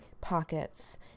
pockets